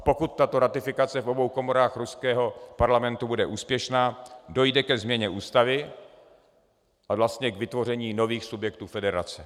Pokud tato ratifikace v obou komorách ruského parlamentu bude úspěšná, dojde ke změně ústavy a vlastně k vytvoření nových subjektů federace.